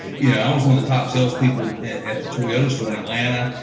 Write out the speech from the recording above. yeah i was one of the top salespeople at the toyota store in atlanta,